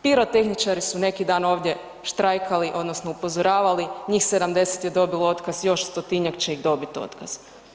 Pirotehničari su neki dan ovdje štrajkali odnosno upozoravali, njih 70 je dobilo otkaz, još 100-tinjak će ih dobit otkaz.